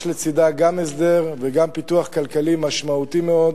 יש לצדה גם הסדר וגם פיתוח כלכלי משמעותי מאוד.